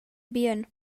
bien